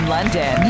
London